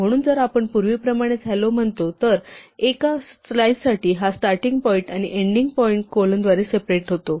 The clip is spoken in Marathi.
म्हणून जर आपण पूर्वीप्रमाणेच हॅलो म्हणतो तर एका स्लाइससाठी हा स्टार्टींग पॉईंट आणि एंडिंग पॉईंट कोलनद्वारे सेपरेट होतो